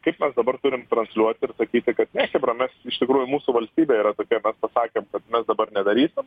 kaip mes dabar turim transliuoti ir sakyti kad ne chebra mes iš tikrųjų mūsų valstybė yra tokia mes pasakėm kad mes dabar nedarysim